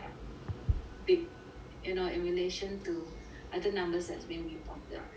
big you know in relation to other numbers as being reported but